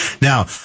Now